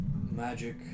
magic